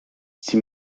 sie